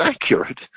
accurate